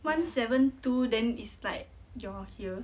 one seven two then is like you're here